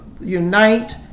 unite